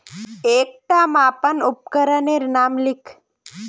एकटा मापन उपकरनेर नाम लिख?